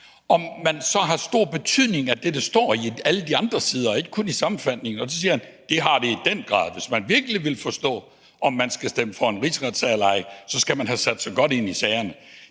har han – så har stor betydning, hvad der står på alle de andre sider og ikke kun i sammenfatningen, og der siger han: Det har det i den grad. Hvis man virkelig vil forstå, om man skal stemme for en rigsretssag eller ej, så skal man have sat sig godt ind i sagerne.